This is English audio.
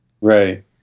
right